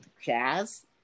jazz